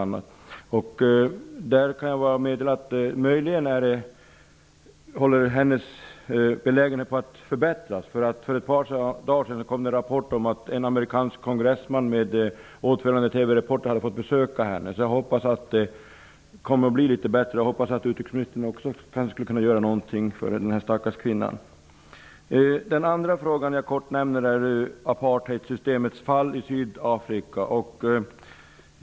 Jag kan meddela att hennes belägenhet möjligen håller på att förbättras. För ett par dagar sedan kom det nämligen en rapport om att en amerikansk kongressman med åtföljande TV-reporter hade fått besöka henne. Jag hoppas alltså att det kommer att bli litet bättre och att kanske också utrikesministern skulle kunna göra något för den här stackars kvinnan. Jag vill också kort nämna apartheidsystemets fall i Sydafrika.